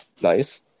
Nice